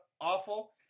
awful